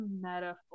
metaphor